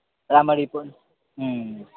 राम्ररी पढ्